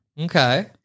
Okay